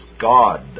God